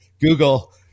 Google